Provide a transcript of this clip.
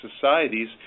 societies